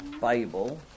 Bible